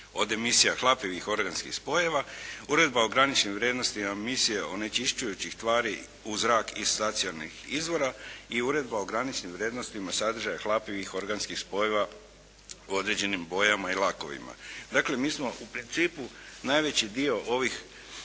od emisija hlapivih organskih spojeva, Uredba o graničnim vrijednostima emisije onečišćujućih tvari u zrak iz staciornih izvora i Uredba o graničnim vrijednostima sadržaja hlapivih organskih spojeva u određenim bojama i lakovima. Dakle, mi smo u principu najveći dio ovih